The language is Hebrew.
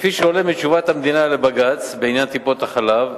כפי שעולה מתשובת המדינה לבג"ץ בעניין טיפות-החלב,